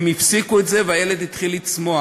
הן הפסיקו את זה והילד התחיל לצמוח.